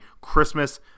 Christmas